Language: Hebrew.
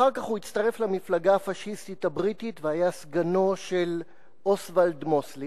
אחר כך הוא הצטרף למפלגה הפאשיסטית הבריטית והיה סגנו של אוסוואלד מוסלי